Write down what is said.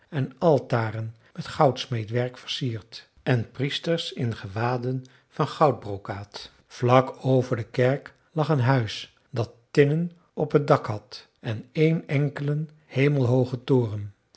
en altaren met goudsmeedwerk versierd en priesters in gewaden van goudbrokaat vlak over de kerk lag een huis dat tinnen op het dak had en één enkelen hemelhoogen toren